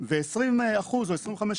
יפה.